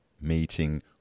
meeting